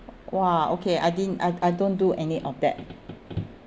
!wah! okay I didn't I I don't do any of that